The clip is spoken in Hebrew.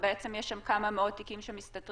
ובעצם יש שם כמה מאות תיקים שמסתתרים,